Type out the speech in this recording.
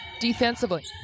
defensively